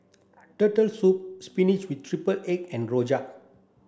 Turtle soup spinach with triple egg and rojak